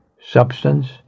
substance